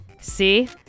See